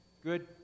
Good